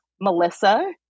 Melissa